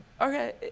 Okay